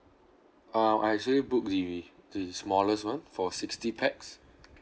uh I actually booked the the smallest one for sixty pax